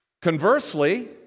Conversely